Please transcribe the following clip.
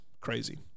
crazy